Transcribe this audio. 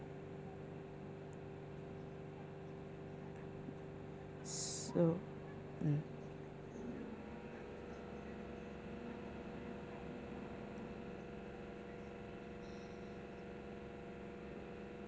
so mm